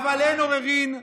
בושה.